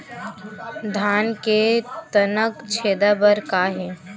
धान के तनक छेदा बर का हे?